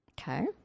Okay